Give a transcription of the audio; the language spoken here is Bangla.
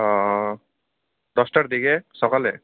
ও দশটার দিকে সকালে